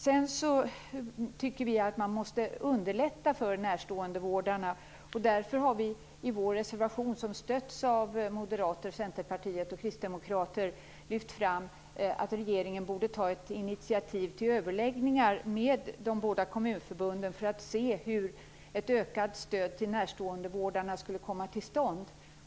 Vidare tycker vi att man måste underlätta för närståendevårdarna. Därför har vi i vår reservation, som stötts av moderater, centerpartister och kristdemokrater, lyft fram att regeringen borde ta ett initiativ till överläggningar med de båda kommunförbunden, för att se hur ett ökat stöd till närståendevårdarna skulle kunna komma till stånd.